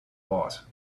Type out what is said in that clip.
boss